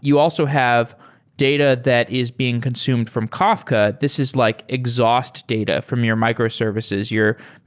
you also have data that is being consumed from kafka. this is like exhaust data from your microservices.